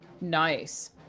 Nice